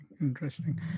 interesting